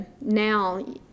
now